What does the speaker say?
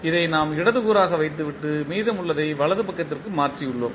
இதை நாம் இடது கூறாக வைத்துவிட்டு மீதமுள்ளதை வலது பக்கத்திற்கு மாற்றியுள்ளோம்